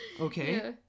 Okay